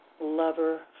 lover